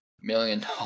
million